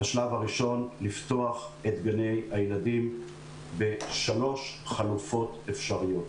בשלב הראשון נפתח את גני הילדים בשלוש חלופות אפשריות.